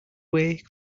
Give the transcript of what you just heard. way